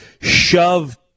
shove